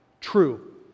True